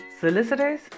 solicitors